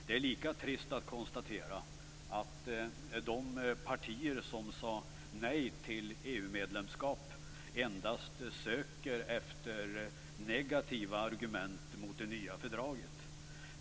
Det är lika trist att konstatera att de partier som sade nej till EU medlemskap endast söker efter negativa argument mot det nya fördraget.